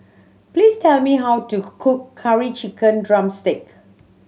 please tell me how to cook Curry Chicken drumstick